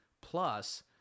Plus